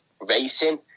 racing